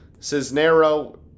Cisnero